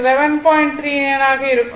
39 ஆக இருக்கும்